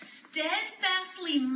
steadfastly